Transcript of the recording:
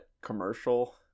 commercial